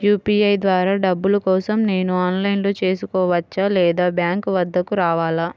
UPI ద్వారా డబ్బులు కోసం నేను ఆన్లైన్లో చేసుకోవచ్చా? లేదా బ్యాంక్ వద్దకు రావాలా?